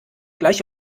gleich